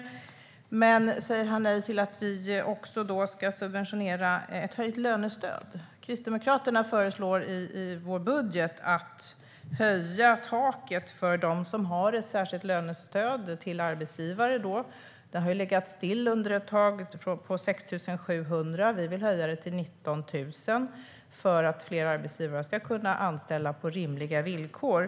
Säger han då även nej till att subventionera ett höjt lönestöd? Kristdemokraterna föreslår i sin budget att höja taket för lönestöd till arbetsgivare. Det har legat still på 6 700 under ett tag, och vi vill höja det till 19 000 för att fler arbetsgivare ska kunna anställa på rimliga villkor.